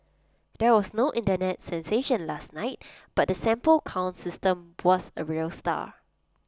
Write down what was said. there was no Internet sensation last night but the sample count system was A real star